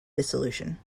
dissolution